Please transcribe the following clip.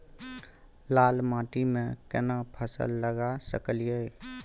लाल माटी में केना फसल लगा सकलिए?